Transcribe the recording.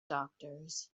doctors